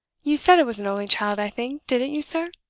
you said it was an only child, i think, didn't you, sir?